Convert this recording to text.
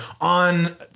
on